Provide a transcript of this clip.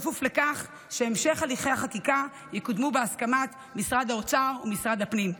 בכפוף לכך שבהמשך הליכי החקיקה יקודמו בהסכמת משרד האוצר ומשרד הפנים.